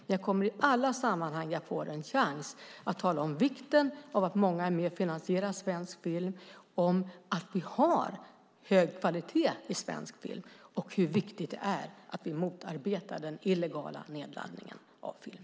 Men jag kommer i alla sammanhang jag får en chans att tala om vikten av att många är med och finansierar svensk film, att vi har hög kvalitet i svensk film och hur viktigt det är att vi motarbetar den illegala nedladdningen av film.